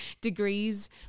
degrees